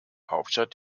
hauptstadt